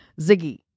Ziggy